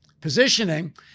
positioning